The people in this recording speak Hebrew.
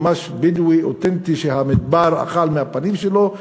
ממש בדואי אותנטי שהמדבר אכל מהפנים שלו,